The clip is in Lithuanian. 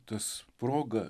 tas proga